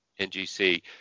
NGC